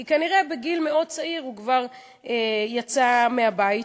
כי כנראה בגיל מאוד צעיר הוא כבר יצא מהבית.